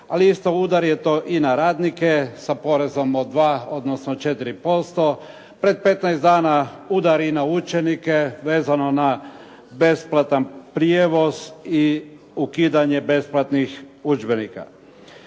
Ali isto udar je to i na radnike sa porezom od 2, odnosno 4%. Pred 15 dana udar i na učenike, vezano na besplatan prijevoz i ukidanje besplatnih udžbenika.